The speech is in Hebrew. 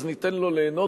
אז ניתן לו ליהנות.